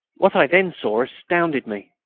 what i then saw astounded me.